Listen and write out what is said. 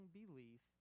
belief